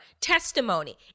testimony